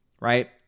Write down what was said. right